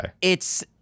It's-